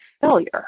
failure